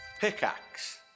Pickaxe